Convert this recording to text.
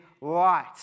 light